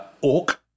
orc